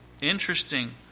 Interesting